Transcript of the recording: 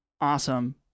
awesome